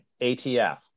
ATF